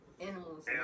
animals